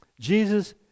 Jesus